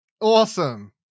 Awesome